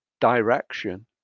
direction